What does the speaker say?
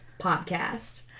Podcast